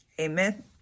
Amen